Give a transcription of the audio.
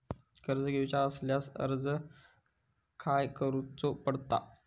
कर्ज घेऊचा असल्यास अर्ज खाय करूचो पडता?